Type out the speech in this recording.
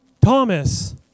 Thomas